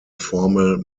formal